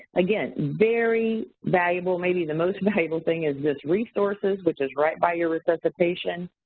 again, very valuable, maybe the most valuable thing is this resources, which is right by your resuscitation.